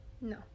No